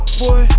boy